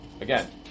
Again